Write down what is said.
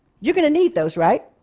you're going to need those, right?